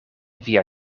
via